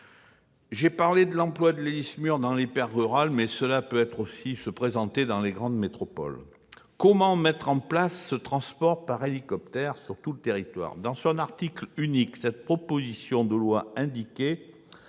J'ai évoqué l'emploi de l'Héli-SMUR en zone hyper-rurale, mais le cas peut aussi se présenter dans les grandes métropoles. Comment mettre en place ce transport par hélicoptère sur tout le territoire ?